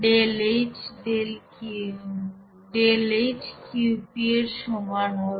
ΔH Qp এর সমান হবে